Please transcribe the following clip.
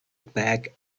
back